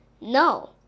No